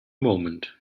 moment